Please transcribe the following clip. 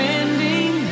ending